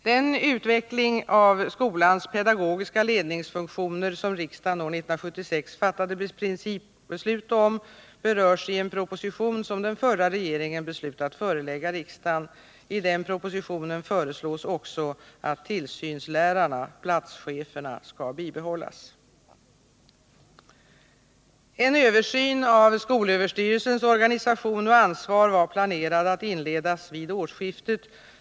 Den utveckling av skolans pedagogiska ledningsfunktioner som riksdagen år 1976 fattade principbeslut om berörs i en proposition som den förra regeringen beslutat förelägga riksdagen. I denna proposition föreslogs också att tillsynslärarna, platscheferna, skall bibehållas. En översyn av SÖ:s organisation och ansvar var planerad att inledas vid årsskiftet.